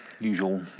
Usual